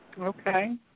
Okay